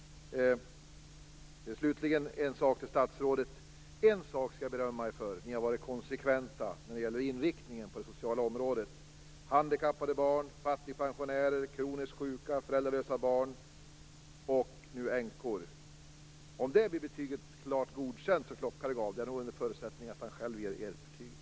Slutligen till statsrådet: Det är en sak jag skall berömma er för. Ni har varit konsekventa när det gäller inriktningen på det sociala området gällande handikappade barn, fattigpensionärer, kroniskt sjuka, föräldralösa barn och nu änkor. Om det betyget blir klart godkänd, som Klockare gav, måste det vara så att ni själva ger det betyget.